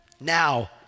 now